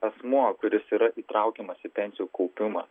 asmuo kuris yra įtraukiamas į pensijų kaupimą